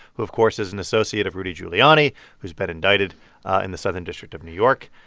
who, of course, is an associate of rudy giuliani who's been indicted in the southern district of new york.